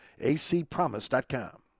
acpromise.com